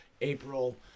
April